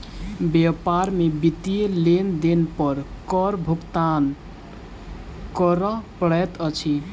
व्यापार में वित्तीय लेन देन पर कर भुगतान करअ पड़ैत अछि